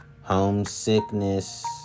homesickness